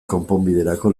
konponbiderako